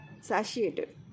Satiated